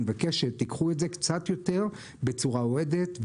אני מבקש שתיקחו את זה קצת יותר בצורה אוהדת,